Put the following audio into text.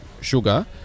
sugar